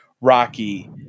Rocky